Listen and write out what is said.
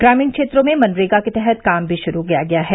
ग्रामीण क्षेत्रों में मनरेगा के तहत काम भी शुरू किया गया है